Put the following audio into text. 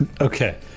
okay